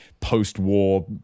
post-war